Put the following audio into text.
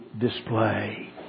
display